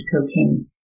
cocaine